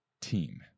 team